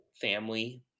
family